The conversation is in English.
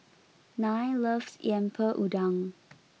Nile loves Lemper Udang